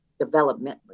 developmentally